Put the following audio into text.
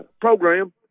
program